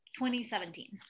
2017